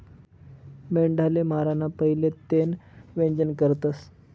मेंढाले माराना पहिले तेनं वजन करतस